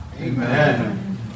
Amen